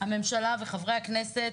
הממשלה וחברי הכנסת